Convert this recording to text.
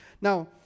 Now